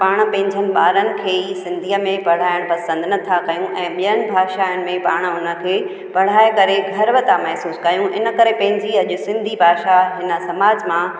पाण पंहिंजनि ॿारनि खे ई सिंधीअ में पढ़ाइण पसंदि नथा कयूं ऐं ॿियनि भाषाउनि में पाण उनखे पढ़ाए करे गर्व था महिसूस कयूं इन करे पंहिंजी अॼु सिंधी भाषा हिन समाज मां